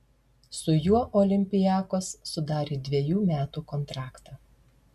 su juo olympiakos sudarė dvejų metų kontraktą